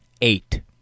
eight